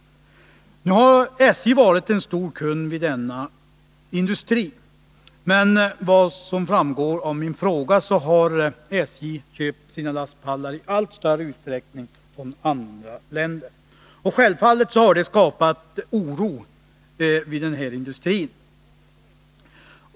SJ har varit en stor kund till denna industri, men som framgår av min fråga har SJ i allt större utsträckning köpt sina lastpallar från andra länder. Självfallet har det skapat oro vid den här industrin.